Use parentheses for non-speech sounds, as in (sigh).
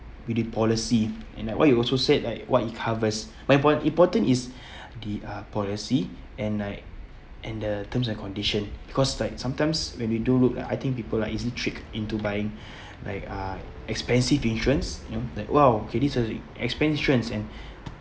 with the policy and like what you also said like what it covers where im~ important is (breath) the uh policy and like and the terms and condition because like sometimes when we do look that I think people are easily tricked into buying (breath) like uh expensive insurance you know like !wow! K these are the expansions and